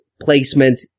placement